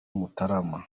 mutarama